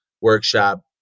Workshop